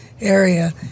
area